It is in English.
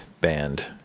band